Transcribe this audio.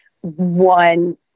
one